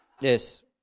yes